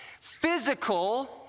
physical